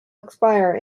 expire